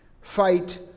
fight